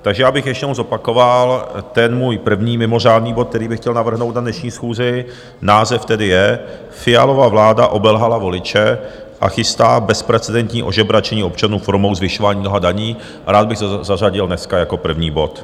Takže já bych ještě jednou zopakoval ten můj první mimořádný bod, který bych chtěl navrhnout na dnešní schůzi, název tedy je: Fialova vláda obelhala voliče a chystá bezprecedentní ožebračení občanů formou zvyšování mnoha daní, a rád bych to zařadil dneska jako první bod.